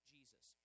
Jesus